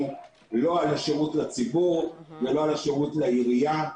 ולא על השירות לציבור ולא על השירות לעירייה.